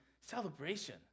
celebration